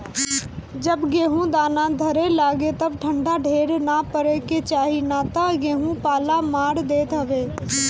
जब गेहूँ दाना धरे लागे तब ठंडा ढेर ना पड़े के चाही ना तऽ गेंहू पाला मार देत हवे